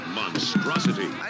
monstrosity